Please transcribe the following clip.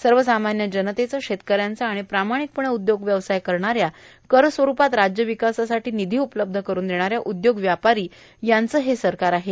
हे सवसामान्य जनतेचे शेतकऱ्यांचे आर्गण प्रार्माणकपणे उद्योग व्यवसाय करणाऱ्या कर स्वरूपात राज्य विकासासाठी निधी उपलब्ध करून देणाऱ्या उदयोग व्यापारी यांचे हे सरकार आहे